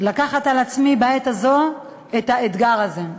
לקחת על עצמי בעת הזו את האתגר הזה.